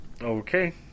Okay